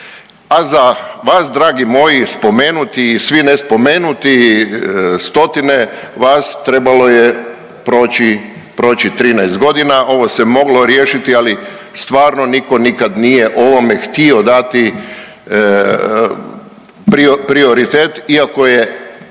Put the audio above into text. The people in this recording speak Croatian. A za vas dragi moji spomenuti i svi nespomenuti, stotine vas trebalo je proći, proći 13 godina. Ovo se moglo riješiti, ali stvarno nitko nikad nije ovome htio dati prioritet iako je